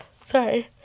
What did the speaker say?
Sorry